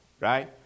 Right